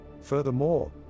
Furthermore